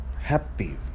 happy